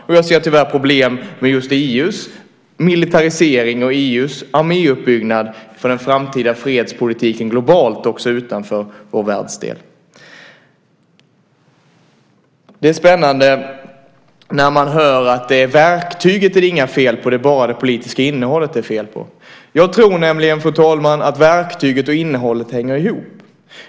Och jag ser tyvärr problem med just EU:s militarisering och EU:s arméuppbyggnad för den framtida fredspolitiken globalt också utanför vår världsdel. Det är spännande när man hör att det inte är några fel på verktyget utan bara på det politiska innehållet. Jag tror nämligen, fru talman, att verktyget och innehållet hänger ihop.